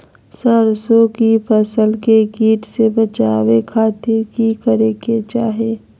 सरसों की फसल के कीट से बचावे खातिर की करे के चाही?